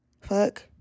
Fuck